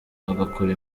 agakora